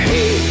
Hey